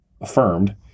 affirmed